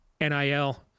nil